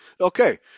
Okay